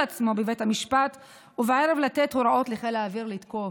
עצמו בבית המשפט ובערב לתת הוראות לחיל האוויר לתקוף.